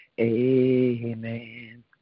amen